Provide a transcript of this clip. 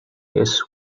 his